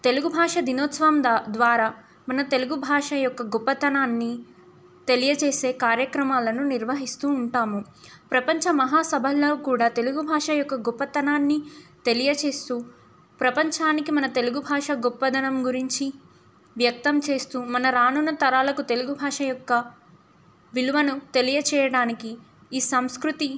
తెలుగు భాష దినోత్సవం ద్వారా మన తెలుగు భాష యొక్క గొప్పతనాన్ని తెలియజేసే కార్యక్రమాలను నిర్వహిస్తూ ఉంటాము ప్రపంచ మహాసభల్లో కూడా తెలుగు భాష యొక్క గొప్పతనాన్ని తెలియజేస్తూ ప్రపంచానికి మన తెలుగు భాష గొప్పదనం గురించి వ్యక్తం చేస్తూ మన రానున్న తరాలకు తెలుగు భాష యొక్క విలువను తెలియజేయడానికి ఈ సంస్కృతి